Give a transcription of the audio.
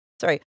sorry